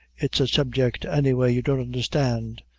it's a subject, any way, you don't undherstand.